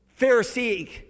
Pharisee